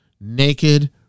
naked